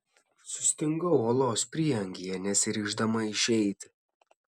sustingau olos prieangyje nesiryždama išeiti